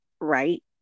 Right